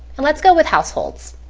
and let's go with households.